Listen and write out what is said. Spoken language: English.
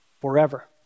forever